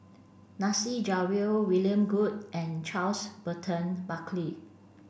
Nasir Jalil William Goode and Charles Burton Buckley